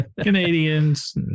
Canadians